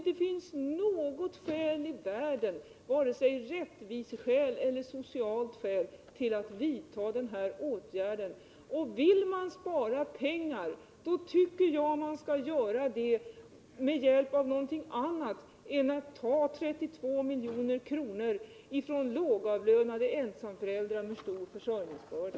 Det finns inga skäl i världen — varken rättviseskäl eller sociala skäl — att vidta den här åtgärden. Vill man spara pengar tycker jag att man skall göra det med hjälp av någonting annat än att ta 32 milj.kr. ifrån lågavlönade ensamföräldrar med stor försörjningsbörda.